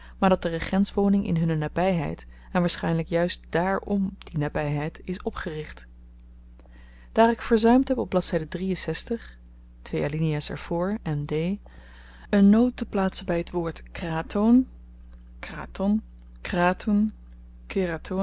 maar dat de regentswoning in hunne nabyheid en waarschynlyk juist dààr om die nabyheid is opgericht daar ik verzuimd heb op blad er voor en een noot te plaatsen by t woord kratoon kraton kratoen